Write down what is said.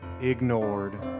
ignored